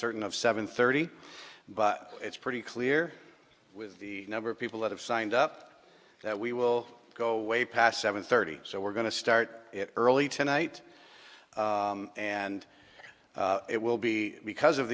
certain of seven thirty but it's pretty clear with the number of people that have signed up that we will go way past seven thirty so we're going to start it early tonight and it will be because of